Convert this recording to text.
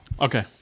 Okay